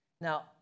Now